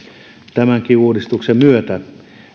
tämänkin uudistuksen myötä